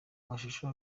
amashusho